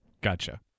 gotcha